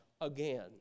again